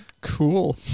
cool